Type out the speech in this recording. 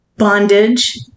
bondage